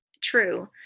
True